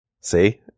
See